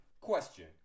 question